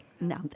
no